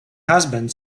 husband